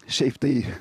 šiaip tai